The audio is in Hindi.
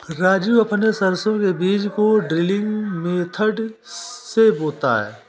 राजू अपने सरसों के बीज को ड्रिलिंग मेथड से बोता है